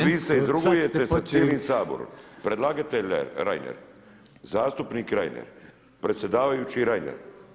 A vi se izrugujete sa cijelim Saborom predlagatelj Reiner, zastupnik Reiner, predsjedavajući Reiner.